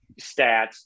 stats